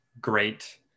great